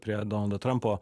prie donaldo trampo